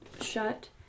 shut